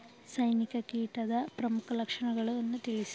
ಸೈನಿಕ ಕೀಟದ ಪ್ರಮುಖ ಲಕ್ಷಣಗಳನ್ನು ತಿಳಿಸಿ?